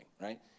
right